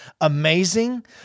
Amazing